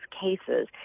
cases